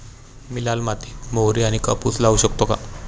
मी लाल मातीत मोहरी किंवा कापूस लावू शकतो का?